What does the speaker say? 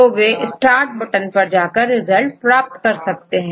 तो वे start button पर जाकर रिजल्ट पा सकते हैं